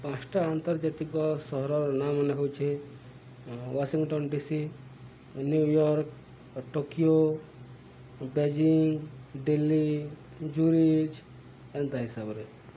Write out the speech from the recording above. ପାଞ୍ଚୋଟି ଆନ୍ତର୍ଜାତିକ ସହରର ନଁ ମାନେ ହେଉଛି Washington DC New York Tokyo Beijing Delhi Zurich ଏନ୍ତା ହିସାବରେ